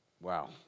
Wow